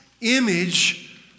image